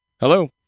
Hello